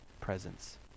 presence